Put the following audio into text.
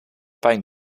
pijn